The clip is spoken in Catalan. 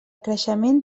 creixement